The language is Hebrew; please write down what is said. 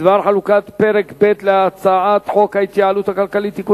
בדבר חלוקת פרק ב' להצעת חוק ההתייעלות הכלכלית (תיקוני